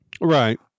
Right